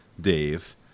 Dave